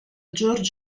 georg